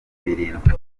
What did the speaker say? birindwi